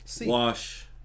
wash